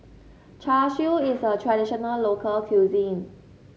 Char Siu is a traditional local cuisine